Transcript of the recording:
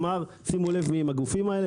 אמר: "שימו לב מי הם הגופים האלה".